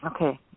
okay